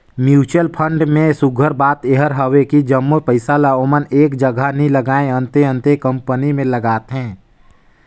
mutual fund में सुग्घर बात एहर हवे कि जम्मो पइसा ल ओमन एक जगहा नी लगाएं, अन्ते अन्ते कंपनी में लगाथें